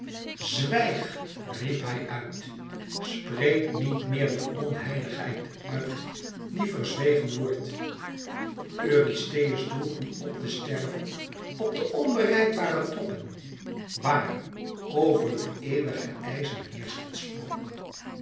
zwijg riep hij uit spreek niet meer de onheiligheid uit die verzwegen wordt eurystheus droeg u op te sterven op de onbereikbare toppen waar over de eeuwige ijzen heerscht het spook